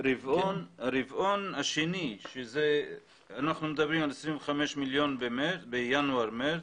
אנחנו מדברים על 25 מיליון בחודשים ינואר-מארס.